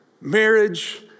marriage